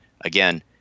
again